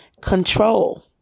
control